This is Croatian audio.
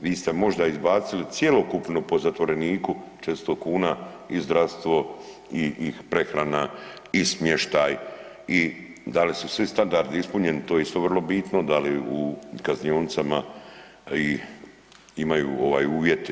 Vi ste možda izbacili cjelokupno po zatvoreniku 400 kuna i zdravstvo i prehrana i smještaj i da li su svi standardi ispunjeni to je isto vrlo bitno da li u kaznionicama imaju uvjeti.